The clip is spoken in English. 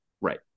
Right